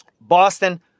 Boston